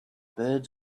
birds